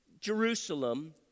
Jerusalem